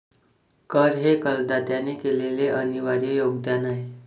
कर हे करदात्याने केलेले अनिर्वाय योगदान आहे